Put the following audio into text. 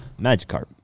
Magikarp